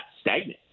stagnant